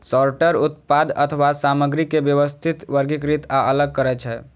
sorter उत्पाद अथवा सामग्री के व्यवस्थित, वर्गीकृत आ अलग करै छै